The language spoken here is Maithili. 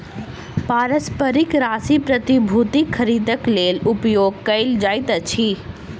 पारस्परिक राशि प्रतिभूतिक खरीदक लेल उपयोग कयल जाइत अछि